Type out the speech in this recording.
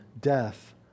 death